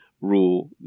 rule